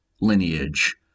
lineage